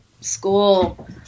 school